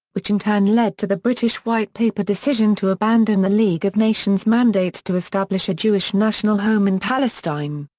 which in turn led to the british white paper decision to abandon the league of nations mandate to establish a jewish national home in palestine.